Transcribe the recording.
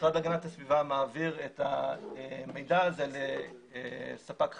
המשרד להגנת הסביבה מעביר את המידע הזה לספק חיצוני,